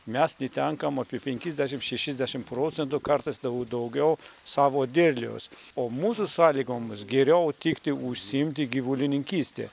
mes netenkam apie penkiasdešim šešiasdešim procentų kartais daug daugiau savo derliaus o mūsų sąlygom geriau tikti užsiimti gyvulininkyste